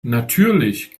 natürlich